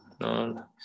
no